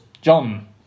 John